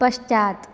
पश्चात्